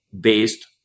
based